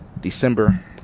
December